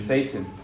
Satan